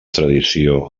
tradició